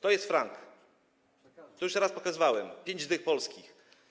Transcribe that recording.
To jest frank, to już raz pokazywałem, pięć dych polskich.